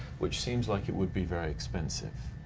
which seems like it would be very expensive.